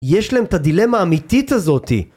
יש להם את הדילמה האמיתית הזאתי